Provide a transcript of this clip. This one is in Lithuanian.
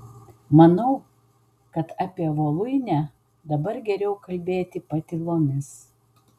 manau kad apie voluinę dabar geriau kalbėti patylomis